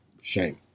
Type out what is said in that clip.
shame